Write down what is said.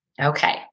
Okay